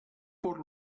por